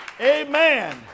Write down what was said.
Amen